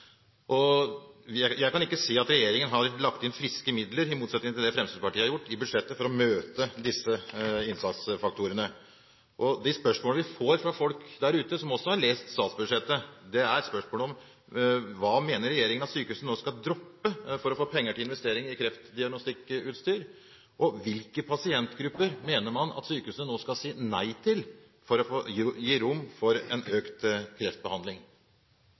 Jeg kan ikke se at regjeringen har lagt inn friske midler, i motsetning til det Fremskrittspartiet har gjort, i budsjettet for å møte disse innsatsfaktorene. De spørsmålene vi får fra folk der ute, som også har lest statsbudsjettet, er spørsmål som: Hva mener regjeringen at sykehusene nå skal droppe for å få penger til investeringer i kreftdiagnostikkutstyr? Hvilke pasientgrupper mener man sykehusene nå skal si nei til for å gi rom for en økt kreftbehandling?